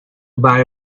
buy